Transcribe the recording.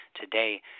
today